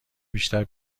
دیگر